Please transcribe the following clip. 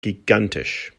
gigantisch